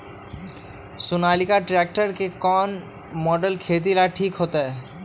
Sonalika tractor के कौन model खेती ला ठीक होतै?